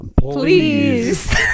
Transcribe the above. Please